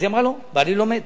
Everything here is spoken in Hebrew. אז היא אמרה לו: בעלי לומד.